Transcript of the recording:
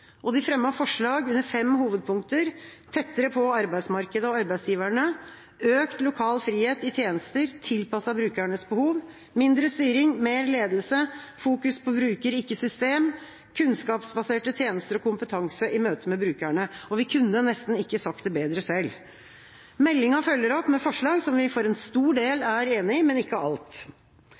De fremmet forslag under fem hovedpunkter: tettere på arbeidsmarkedet og arbeidsgiverne, økt lokal frihet i tjenester tilpasset brukernes behov, mindre styring, mer ledelse, fokus på bruker, ikke system, kunnskapsbaserte tjenester og kompetanse i møtet med brukerne. Vi kunne nesten ikke sagt det bedre selv. Meldinga følger opp med forslag som vi for en stor del er enig i, men ikke i alt.